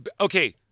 Okay